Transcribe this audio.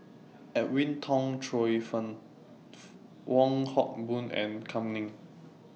Edwin Tong Chun Fai Wong Hock Boon and Kam Ning